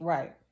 Right